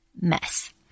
mess